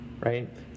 right